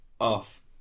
off